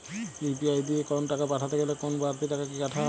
UPI দিয়ে কোন টাকা পাঠাতে গেলে কোন বারতি টাকা কি কাটা হয়?